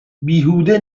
بیهوده